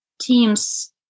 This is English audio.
team's